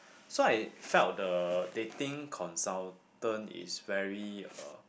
so I felt the dating consultant is very uh